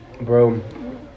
Bro